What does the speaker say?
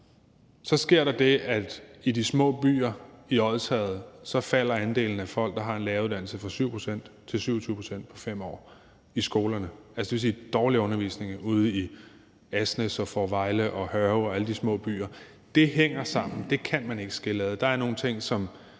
sker der det, at i de små byer i Odsherred falder andelen af folk, der har en læreruddannelse i skolerne, fra 7 pct. til 27 pct. på 5 år; det vil altså sige dårligere undervisning i Asnæs og Fårevejle og Hørve og alle de små byer. Det hænger sammen; det kan man ikke skille ad.